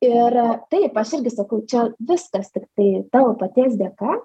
ir taip aš irgi sakau čia viskas tiktai tavo paties dėka